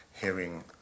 hearing